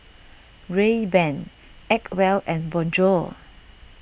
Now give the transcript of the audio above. Rayban Acwell and Bonjour